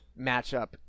matchup